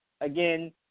again